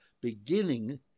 beginning